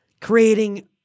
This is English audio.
creating